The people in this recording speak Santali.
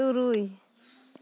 ᱛᱩᱨᱩᱭ